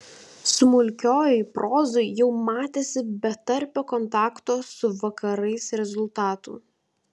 smulkiojoj prozoj jau matėsi betarpio kontakto su vakarais rezultatų